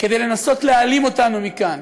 כדי לנסות להעלים אותנו מכאן.